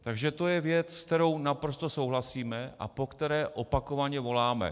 Takže to je věc, se kterou naprosto souhlasíme a po které opakovaně voláme.